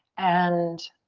and